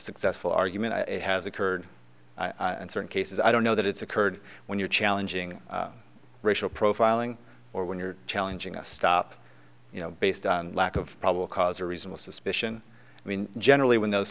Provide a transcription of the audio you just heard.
successful argument it has occurred and certain cases i don't know that it's occurred when you're challenging racial profiling or when you're challenging a stop you know based on lack of probable cause or reasonable suspicion i mean generally when those